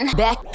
back